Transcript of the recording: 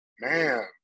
Man